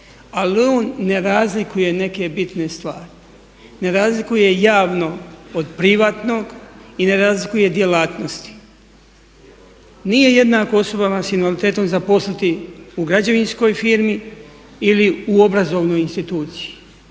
on ne razlikuje neke bitne stvari. Ne razlikuje javno od privatnog i ne razlikuje djelatnosti. Nije jednako osobama sa invaliditetom zaposliti u građevinskoj firmi ili u obrazovnoj instituciji,